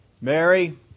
Mary